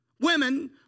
women